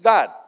God